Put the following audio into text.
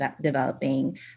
developing